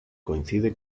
coincide